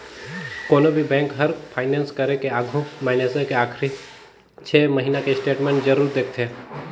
कोनो भी बेंक हर फाइनेस करे के आघू मइनसे के आखरी छे महिना के स्टेटमेंट जरूर देखथें